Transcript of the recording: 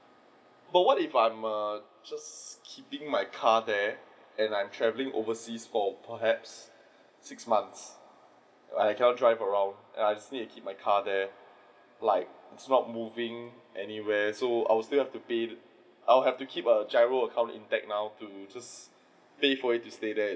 so what if I'm err just keeping my car there and I'm travelling overseas for perhaps six months I cannot drive around and I still need to keep my car there like it is not moving anywhere so I will still have to pay I have to keep a GIRO account intact now to just pay for it to stay there